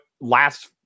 last